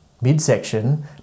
midsection